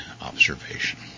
observation